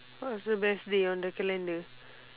what's the best day on the calendar